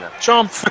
Jump